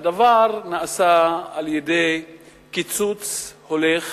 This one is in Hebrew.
הדבר נעשה על-ידי קיצוץ הולך